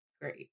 Great